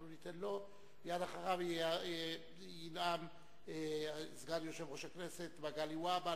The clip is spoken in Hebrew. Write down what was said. מייד אחריו ינאם סגן יושב-ראש הכנסת מגלי והבה,